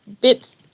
bits